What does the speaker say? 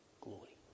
glory